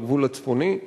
לגבול הצפוני.